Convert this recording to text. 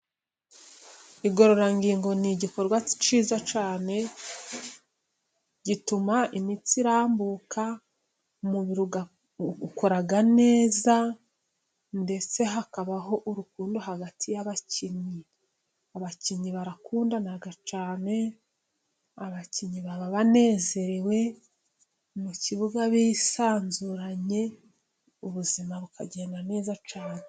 Igororangingo ni igikorwa cyiza cyane gituma imitsi irambuka umubiri ukora neza, ndetse hakabaho urukundo hagati y'abakinnyi, abakinnyi barakundana cyane abakinnyi baba banezerewe mu kibuga bisanzuranyeho, ubuzima bukagenda neza cyane.